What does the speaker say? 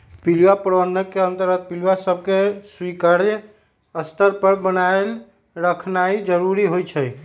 पिलुआ प्रबंधन के अंतर्गत पिलुआ सभके स्वीकार्य स्तर पर बनाएल रखनाइ जरूरी होइ छइ